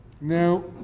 Now